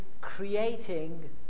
creating